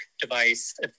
device